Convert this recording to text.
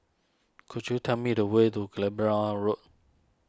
could you tell me the way to Road